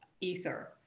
ether